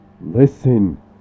Listen